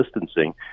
distancing